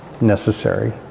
necessary